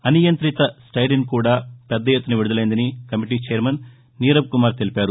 అనియంత్రిత styrene కూడా పెద్ద ఎత్తున విడుదలైందని కమిటీ చైర్మన్ నీరబ్ కుమార్ తెలిపారు